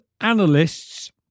analysts